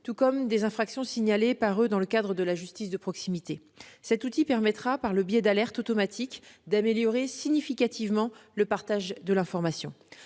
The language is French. tout comme des infractions signalées par ces derniers dans le cadre de la justice de proximité. Cet outil permettra, par le biais d'alertes automatiques, d'améliorer significativement le partage de l'information.